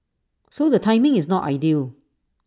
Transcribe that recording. so the timing is not ideal